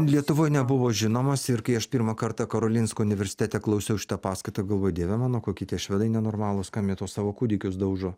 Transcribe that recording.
lietuvoj nebuvo žinomas ir kai aš pirmą kartą karolinsko universitete klausiau šitą paskaitą galvojau dieve mano kokie tie švedai nenormalūs mėto savo kūdikius daužo